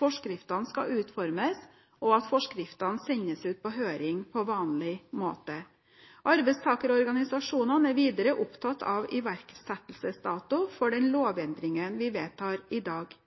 forskriftene skal utformes, og at forskriftene sendes ut på høring på vanlig måte. Arbeidstakerorganisasjonene er videre opptatt av iverksettelsesdato for den lovendringen vi vedtar i dag.